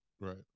Right